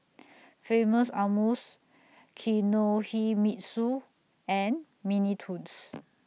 Famous Amos Kinohimitsu and Mini Toons